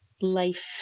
life